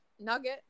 nugget